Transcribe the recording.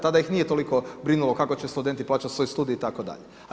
Tada ih nije toliko brinuo kako će studenti plaćati svoj studij itd.